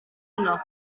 yna